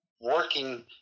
working